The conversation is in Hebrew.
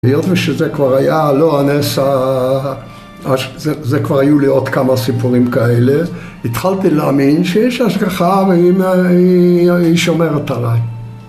היות ושזה כבר היה, לא הנס ה... זה כבר היו לי עוד כמה סיפורים כאלה, התחלתי להאמין שיש השגחה והיא שומרת עליי.